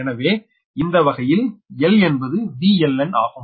எனவே இந்த வகையில் L என்பது VLN ஆகும்